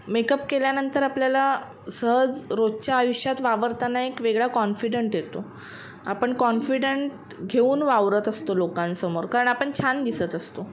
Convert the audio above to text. makeup केल्यानंतर आपल्याला सहज रोजच्या आयुष्यात वावरताना एक वेगळा कॉन्फिडंट येतो आपण कॉन्फिडंट घेऊन वावरत असतो लोकांसमोर कारण आपण छान दिसत असतो